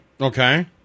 Okay